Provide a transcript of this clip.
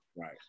Right